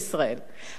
אז קודם כול,